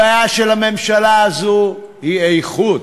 הבעיה של הממשלה הזו היא איכות,